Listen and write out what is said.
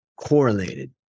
correlated